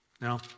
Now